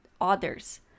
others